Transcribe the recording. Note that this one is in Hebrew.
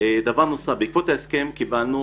בעקבות ההסכם קיבלנו